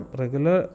regular